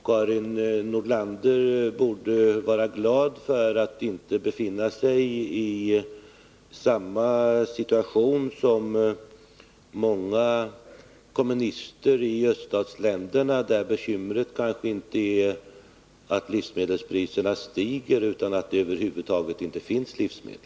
Karin Nordlander borde vara glad över att inte befinna sig i samma situation som den man kan befinna sig i i länder med planekonomier, där bekymren kanske inte bara är livsmedelspriserna utan över huvud taget bristen på livsmedel.